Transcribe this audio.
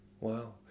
Wow